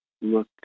look